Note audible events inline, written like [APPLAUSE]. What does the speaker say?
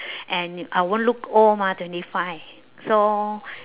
[BREATH] and I won't look old mah twenty five so [BREATH]